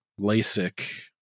LASIK